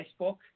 Facebook